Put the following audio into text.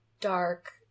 dark